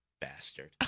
bastard